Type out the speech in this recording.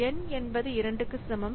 N என்பது 2 க்கு சமம்